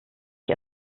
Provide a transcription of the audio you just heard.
ich